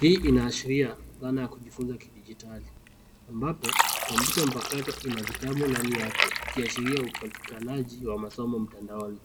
Hii inaashiria dhana ya kujifunza kidijitali ambapo kompyuta mpakato ina vitabu ndani yake ikiashiria upatikanaji wa masomo mtandaoni.